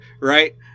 right